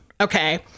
okay